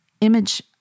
image